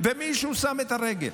מישהו שם את הרגל.